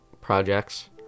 projects